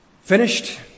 finished